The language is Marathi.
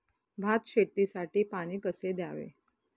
भात शेतीसाठी पाणी कसे द्यावे?